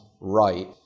right